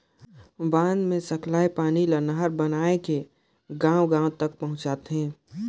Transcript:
बांध मे सकलाए पानी ल नहर बनाए के गांव गांव तक पहुंचाथें